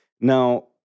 Now